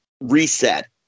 reset